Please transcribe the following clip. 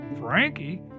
Frankie